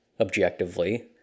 objectively